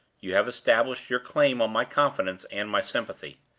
you have established your claim on my confidence and my sympathy.